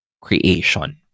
creation